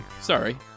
Sorry